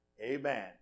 Amen